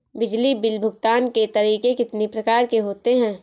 बिजली बिल भुगतान के तरीके कितनी प्रकार के होते हैं?